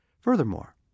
Furthermore